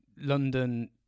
London